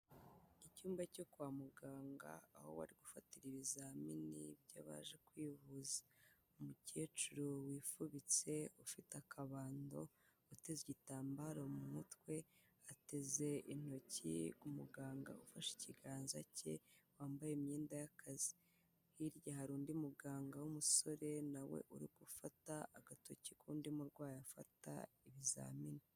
Icyumba cyo kwa muganga, aho bari gufatira ibizamini by'abaje kwivuza, umukecuru wifubitse ufite akabando uteze igitambaro mu mutwe, ateze intoki ku muganga ufashe ikiganza cye wambaye imyenda y'akazi, hirya hari undi muganga w'umusore na we uri gufata agatoki k'undi murwayi afata ibizamini.